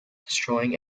destroying